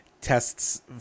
tests